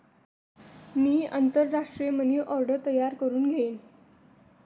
मी आंतरराष्ट्रीय money order तयार करुन घेईन